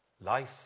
Life